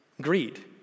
greed